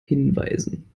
hinweisen